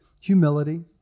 humility